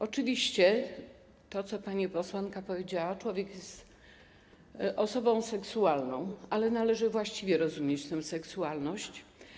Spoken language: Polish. Oczywiście zgadza się to, co pani posłanka powiedziała, że człowiek jest osobą seksualną, ale należy właściwie rozumieć tę seksualność.